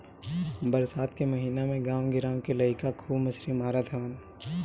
बरसात के महिना में गांव गिरांव के लईका खूब मछरी मारत हवन